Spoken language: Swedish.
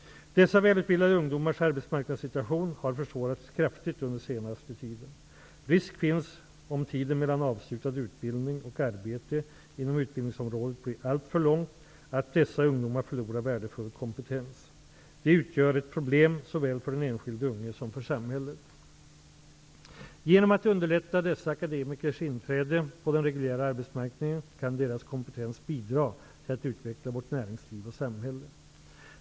Dessa välutbildade ungdomars arbetsmarknadssituation har försvårats kraftigt under den senaste tiden. Risken finns, om tiden mellan avslutad utbildning och arbete inom utbildningsområdet blir alltför lång, att dessa ungdomar förlorar värdefull kompetens. Det utgör ett problem såväl för den enskilde unge som för samhället. Genom att underlätta dessa akademikers inträde på den reguljära arbetsmarknaden kan deras kompetens bidra till att utveckla vårt näringsliv och samhälle.